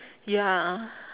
ya